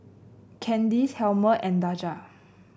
Candyce Helmer and Daja